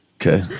Okay